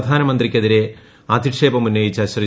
പ്രധാനമന്ത്രിക്കെതിരെ അധിക്ഷേപമുന്നയിച്ച ശ്രീ